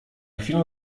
chwilę